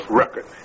record